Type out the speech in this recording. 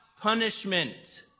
punishment